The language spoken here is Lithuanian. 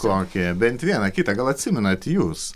kokį bent vieną kitą gal atsimenat jūs